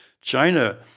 China